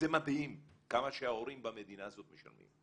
זה מדהים כמה שההורים במדינה הזאת משלמים.